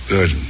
Good